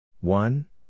One